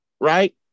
right